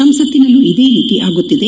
ಸಂಸತ್ತಿನಲ್ಲೂ ಇದೇ ರೀತಿ ಆಗುತ್ತಿದೆ